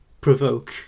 provoke